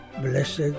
Blessed